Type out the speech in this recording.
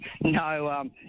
No